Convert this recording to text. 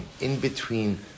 in-between